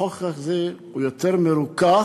החוק הזה הוא יותר מרוכך